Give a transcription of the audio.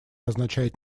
означает